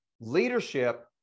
leadership